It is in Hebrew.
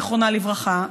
זיכרונה לברכה,